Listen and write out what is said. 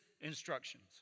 instructions